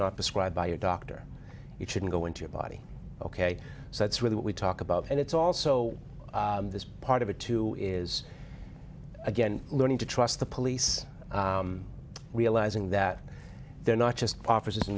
not described by your doctor you shouldn't go into your body ok so that's really what we talk about and it's also this part of it too is again learning to trust the police realizing that they're not just officers in